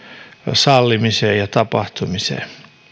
sallimiseen ja tapahtumiseen